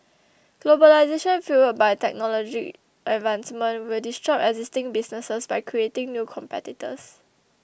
globalisation fuelled by technology advancement will disrupt existing businesses by creating new competitors